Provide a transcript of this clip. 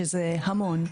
שזה המון,